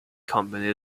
company